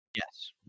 Yes